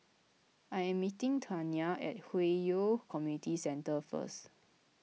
I am meeting Tawnya at Hwi Yoh Community Centre first